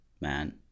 man